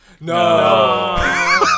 No